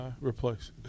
replace